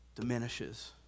diminishes